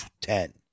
ten